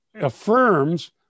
affirms